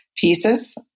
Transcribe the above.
pieces